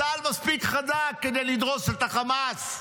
צה"ל מספיק חזק כדי לדרוס את החמאס.